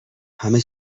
همه